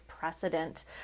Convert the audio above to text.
precedent